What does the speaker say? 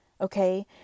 Okay